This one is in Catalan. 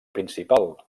principal